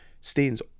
Stains